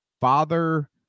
father